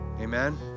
Amen